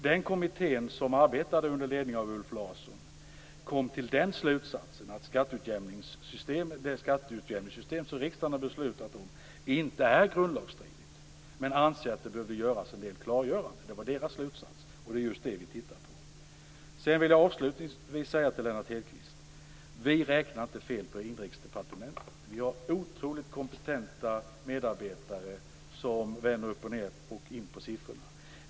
Den kommitté som arbetade under ledning av Ulf Larsson kom till den slutsatsen att det skatteutjämningssystem som riksdagen har beslutat om inte är grundlagsstridigt men ansåg att det behövs en del klargöranden. Det var deras slutsats, och det är just det vi tittar på. Jag vill avslutningsvis säga till Lennart Hedquist att vi inte räknar fel på Inrikesdepartementet. Vi har otroligt kompetenta medarbetare som vänder upp och ned och ut och in på siffrorna.